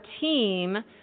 team